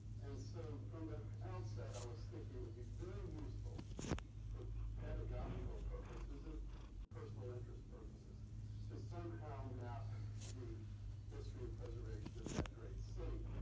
and so, from the outset i was thinking it would be very useful for pedagogical purposes and personal interest purposes to somehow map the history of preservation in that great city.